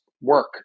work